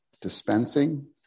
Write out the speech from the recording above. dispensing